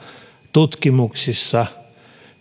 tutkimuksissa